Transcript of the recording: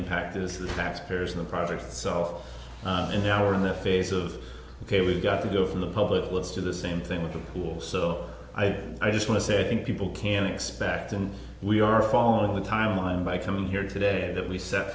impact is the factors in the project so in our in the face of ok we've got to go from the public wants to the same thing with the pool so i think i just want to say i think people can expect and we are following the timeline by coming here today that we set